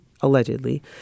allegedly